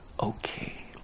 okay